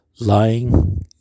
lying